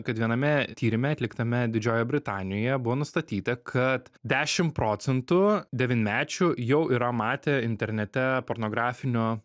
kad viename tyrime atliktame didžiojoje britanijoje buvo nustatyta kad dešim procentų devynmečių jau yra matę internete pornografinio